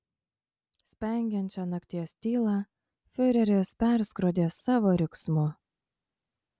spengiančią nakties tylą fiureris perskrodė savo riksmu